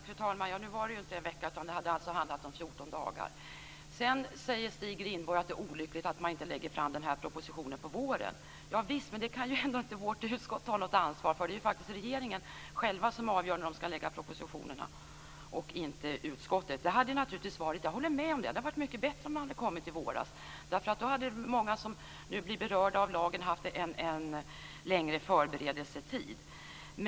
Fru talman! Nu var det inte en vecka, utan det hade varit fråga om 14 dagar. Stig Rindborg säger att det är olyckligt att propositionen inte lades fram under våren. Visst! Men det kan inte vårt utskott ta något ansvar för. Det är regeringen som själv avgör när propositionerna läggs fram. Det hade varit bättre om propositionen hade kommit i våras. Då hade många av dem som berörs av lagen haft längre förberedelsetid.